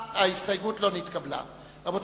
ההסתייגות לחלופין של קבוצת סיעת מרצ